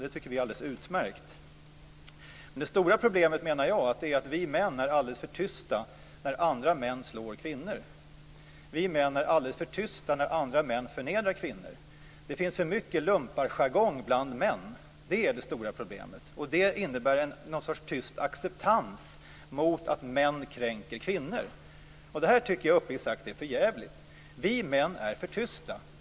Det tycker vi är alldeles utmärkt. Jag menar att det stora problemet är att vi män är alldeles för tysta när andra män slår kvinnor. Vi män är alldeles för tysta när andra män förnedrar kvinnor. Det finns för mycket lumparjargong bland män. Det är det stora problemet. Det innebär ju någon sorts tyst acceptans av att män kränker kvinnor. Detta tycker jag uppriktigt sagt är för djävligt. Vi män är för tysta.